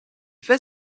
fait